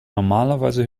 normalerweise